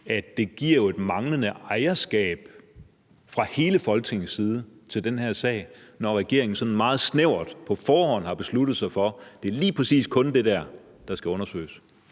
at det fører til et manglende ejerskab fra hele Folketingets side i forhold til den her sag, når regeringen sådan meget snævert på forhånd har besluttet sig for, at det lige præcis kun er det der, der skal undersøges?